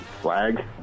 Flag